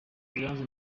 iranzi